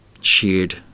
shared